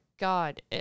God